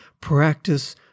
practice